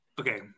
okay